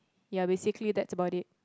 ya basically that's about it